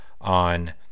on